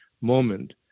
moment